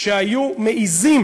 היו מעזים